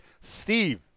Steve